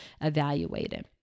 evaluated